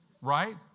right